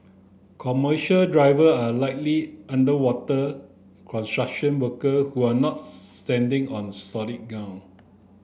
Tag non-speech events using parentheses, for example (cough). commercial driver are likely underwater construction worker who are not (unintelligible) standing on solid ground